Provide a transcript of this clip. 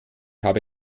habe